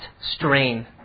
strain